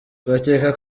bakeka